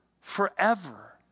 forever